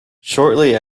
shortly